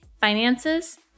finances